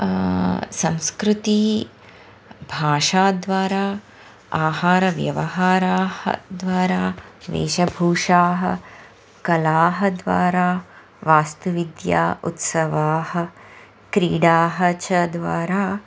संस्कृतिः भाषाद्वारा आहारव्यवहारद्वारा वेशभूषाः कलाः द्वारा वास्तुविद्या उत्सवाः क्रीडाः च द्वारा